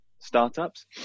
startups